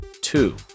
two